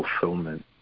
fulfillment